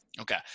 Okay